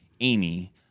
Amy